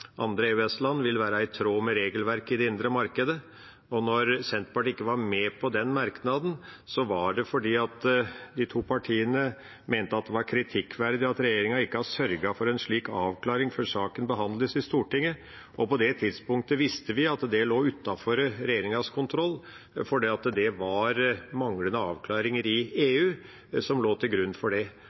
andre EØS-land vil være i tråd med regelverket i det indre marked». Når Senterpartiet ikke var med på den merknaden, var det fordi de to partiene mente at det var «kritikkverdig at regjeringen ikke har sørget for en slik avklaring før saken behandles i Stortinget». På det tidspunktet visste vi at det lå utenfor regjeringas kontroll, fordi det var manglende avklaringer i EU som lå til grunn for det.